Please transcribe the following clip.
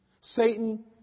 Satan